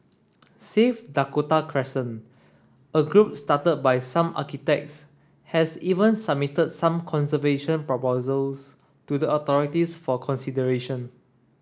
save Dakota Crescent a group started by some architects has even submitted some conservation proposals to the authorities for consideration